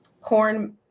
corn